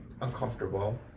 uncomfortable